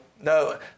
no